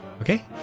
okay